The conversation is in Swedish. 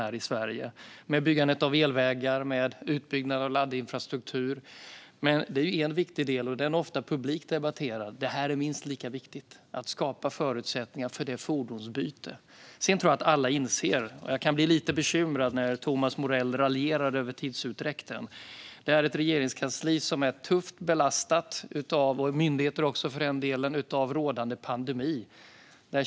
Det handlar om byggandet av elvägar och utbyggnad av laddinfrastruktur. Det är en viktig del, och den är ofta publikt debatterad. Det här är minst lika viktigt: att skapa förutsättningar för fordonsbyte. Sedan kan jag bli lite bekymrad när Thomas Morell raljerar över tidsutdräkten. Jag tror att alla inser att både regeringskansli och myndigheter är tufft belastade av rådande pandemi.